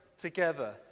together